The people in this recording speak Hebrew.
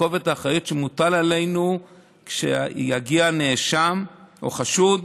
את כובד האחריות שמוטל עלינו כשיגיע נאשם או חשוד,